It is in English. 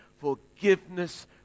forgiveness